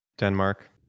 denmark